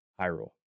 Hyrule